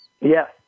Yes